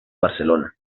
barcelona